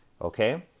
Okay